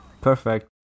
Perfect